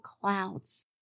clouds